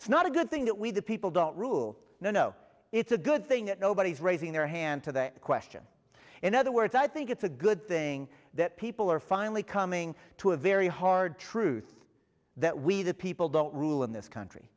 it's not a good thing that we the people don't rule no no it's a good thing that nobody is raising their hand to that question in other words i think it's a good thing that people are finally coming to a very hard truth that we the people don't rule in this country